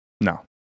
No